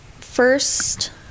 first